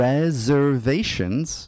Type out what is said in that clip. Reservations